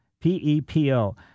P-E-P-O